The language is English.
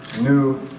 new